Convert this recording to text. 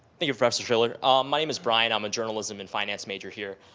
thank you, professor shiller. my name is brian. i'm a journalism and finance major here.